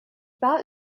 war